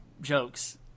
jokes